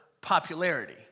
popularity